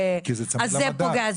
אז זה פוגע.